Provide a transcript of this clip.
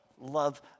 love